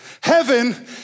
heaven